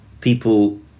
people